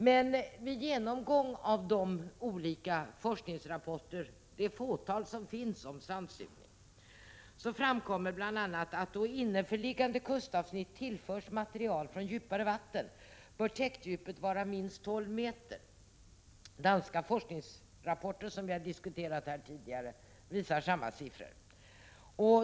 Men vid genomgång av det fåtal forskningsrapporter som finns om sandsugning framkommer bl.a. att täktdjupet bör vara minst 12 meter då innanförliggande kustavsnitt tillförs material från djupare vatten. Den danska forskningsrapport som vi har diskuterat här tidigare visar samma siffror.